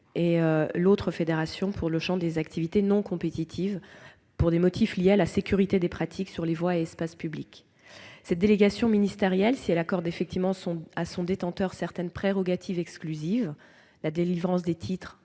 l'autre pour celui des activités non compétitives, pour des motifs liés à la sécurité des pratiques sur les voies et espaces publics. Cette délégation ministérielle, si elle accorde effectivement à son détenteur certaines prérogatives exclusives- délivrance des titres,